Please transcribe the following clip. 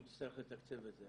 הוא יצטרך לתקצב את זה,